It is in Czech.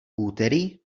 úterý